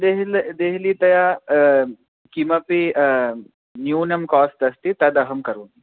देहली देहलीतया किमपि न्यूनं कास्ट् अस्ति तदहं करोमि